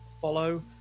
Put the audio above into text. follow